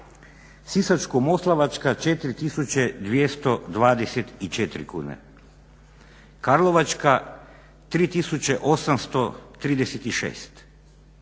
Sisačko-moslavačka 4224 kune, Karlovačka 3836,